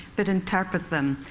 but interpret them.